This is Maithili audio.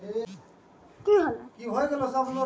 सुखल आ नमी मुक्त जगह संगे हबादार रहय बला जगह हेबाक चाही